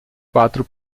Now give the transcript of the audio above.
quatro